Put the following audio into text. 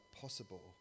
possible